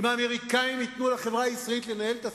אם האמריקנים ייתנו לחברה הישראלית לנהל את עצמה,